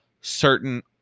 certain